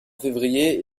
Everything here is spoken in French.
février